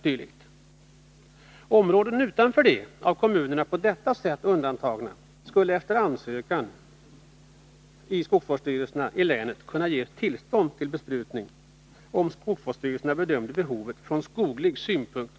Beträffande områden för vilka kommunen inte på detta sätt gjorde undantag skulle det, efter ansökan hos skogsvårdsstyrelsen i länet, kunna ges tillstånd till besprutning, om skogsvårdsstyrelsen bedömde behovet motiverat från skoglig synpunkt.